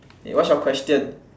what's your question